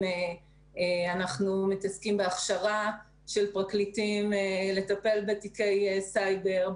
אנחנו מתעסקים בהכשר השל פרקליטים לטיפול בתיקי סייבר,